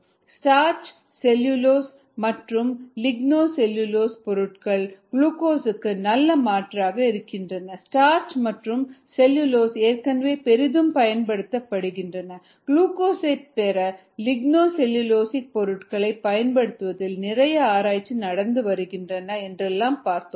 starch cellulose மற்றும் lignocellulosic பொருட்கள் குளுக்கோஸுக்கு நல்ல மாற்றாக இருக்கின்றன ஸ்டார்ச் மற்றும் செல்லுலோஸ் ஏற்கனவே பெரிதும் பயன்படுத்தப்படுகின்றன குளுக்கோஸைப் பெற லிக்னோ செல்லுலோசிக் பொருட்களைப் பயன்படுத்துவதில் நிறைய ஆராய்ச்சிகள் நடந்து வருகின்றன என்றெல்லாம் பார்த்தோம்